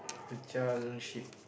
um the child ship